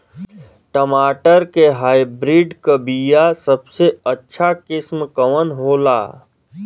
टमाटर के हाइब्रिड क बीया सबसे अच्छा किस्म कवन होला?